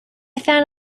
found